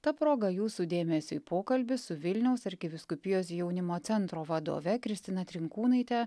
ta proga jūsų dėmesiui pokalbis su vilniaus arkivyskupijos jaunimo centro vadove kristina trinkūnaite